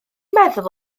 meddwl